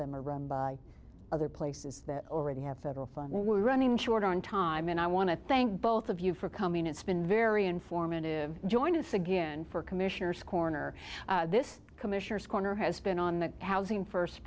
them are run by other places that already have federal funding we're running short on time and i want to thank both of you for coming it's been very informative joining us again for commissioners corner this commissioner's corner has been on the housing first